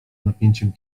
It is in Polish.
napięciem